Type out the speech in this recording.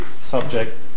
subject